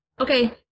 Okay